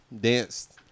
danced